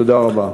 תודה רבה.